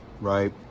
right